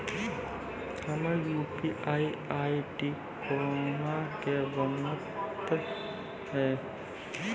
हमर UPI ID कोना के बनत यो?